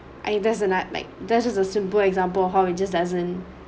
I there's a nightmare that is a simple example how it just doesn't